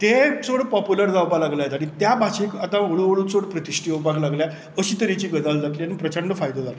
तें चड पोपुल्यर जावपाक लागलें आतां आनी त्या भाशेक हळू हळू आतां चड प्रतिश्ठा येवंक लागल्या अशे तरेची गजाल जातली आनी प्रचंड फायदो जातलो